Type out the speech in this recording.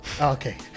okay